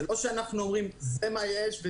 זה לא שאנחנו אומרים שזה מה שיש.